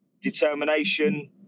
determination